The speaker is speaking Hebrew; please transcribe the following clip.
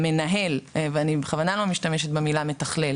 המנהל ואני בכוונה לא משתמשת במילה מתכלל